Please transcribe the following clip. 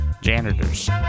janitors